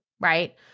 right